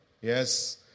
Yes